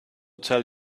tell